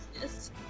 Yes